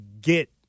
get